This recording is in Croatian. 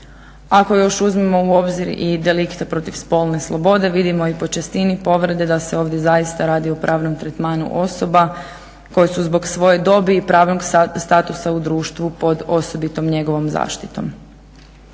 Ako još uzmemo u obzir i delikte protiv spolne slobode vidimo i po čestini povrede da se ovdje zaista radi o pravnom tretmanu osoba koje su zbog svoje dobi i pravnog statusa u društvu pod osobitom njegovom zaštitom.